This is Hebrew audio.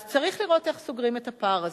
אז צריך לראות איך סוגרים את הפער הזה.